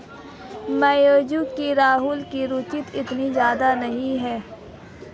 music में राहुल की रुचि इतनी ज्यादा नहीं है